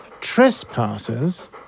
trespassers